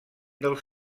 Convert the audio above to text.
dels